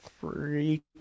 freak